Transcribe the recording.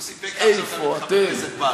הוא סיפק לך עכשיו כאן את חבר הכנסת בר,